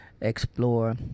explore